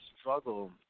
struggle